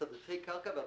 אחרי פסקה (7)